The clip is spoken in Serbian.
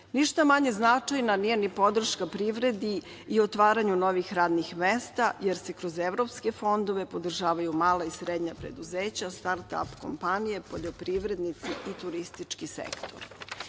Ništa manje značajna nije ni podrška privredi i otvaranju novih radnih mesta, jer se kroz evropske fondove podržavaju mala i srednja preduzeća start-ap kompanije, poljoprivrednici i turistički sektor. Posebno